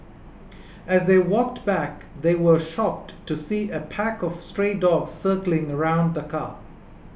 as they walked back they were shocked to see a pack of stray dogs circling around the car